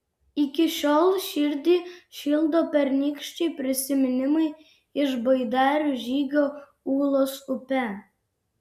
iki šiol širdį šildo pernykščiai prisiminimai iš baidarių žygio ūlos upe